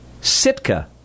Sitka